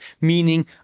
meaning